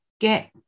get